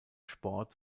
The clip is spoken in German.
sport